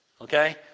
Okay